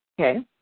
Okay